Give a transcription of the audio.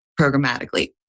programmatically